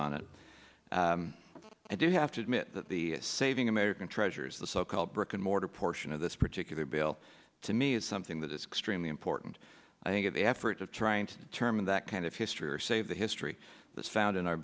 on it i do have to admit that the saving american treasures the so called brick and mortar portion of this particular bill to me is something that is extremely important i think that the efforts of trying to determine that kind of history or say the history that's found in our